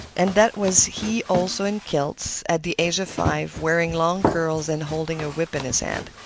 and that was he also in kilts, at the age of five, wearing long curls and holding a whip in his hand.